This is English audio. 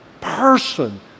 person